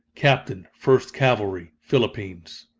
captain, first cavalry, philippines.